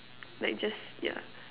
like just yeah